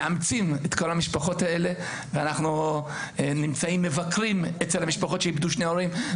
מאמצים את כל המשפחות האלה ואנחנו מבקרים אצל המשפחות שאיבדו שני הורים,